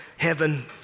heaven